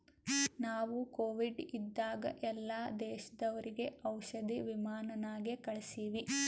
ನಾವು ಕೋವಿಡ್ ಇದ್ದಾಗ ಎಲ್ಲಾ ದೇಶದವರಿಗ್ ಔಷಧಿ ವಿಮಾನ್ ನಾಗೆ ಕಳ್ಸಿವಿ